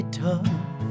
tough